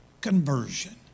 conversion